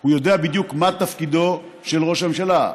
הוא יודע בדיוק מה תפקידו של ראש הממשלה.